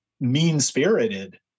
mean-spirited